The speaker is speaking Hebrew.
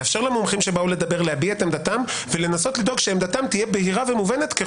לאפשר למומחים שבאו לדבר להביע עמדתם ולנסות שעמדתם תהיה בהירה ומובנת.